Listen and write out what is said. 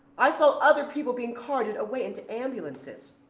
i saw other people being carted away into ambulances.